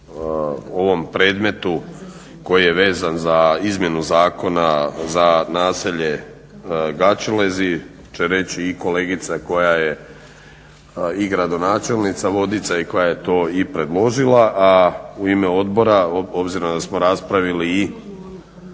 ovom predmetu koji je vezan za izmjenu zakona za naselje Gaćelezi će reći i kolegica koja je i gradonačelnica Vodica i koja je to i predložila, a u ime odbora, obzirom da smo raspravili i